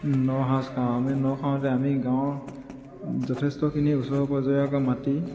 ন সাজ খাওঁ আমি ন খাওঁতে আমি গাঁৱৰ যথেষ্টখিনি ওচৰ পাঁজৰিয়াকে মাতি